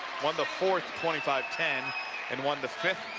won the fourth twenty five ten and won the fifth